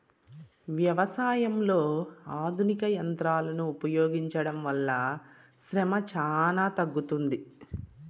వ్యవసాయంలో ఆధునిక యంత్రాలను ఉపయోగించడం వల్ల శ్రమ చానా తగ్గుతుంది